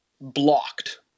blocked